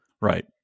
Right